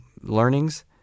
learnings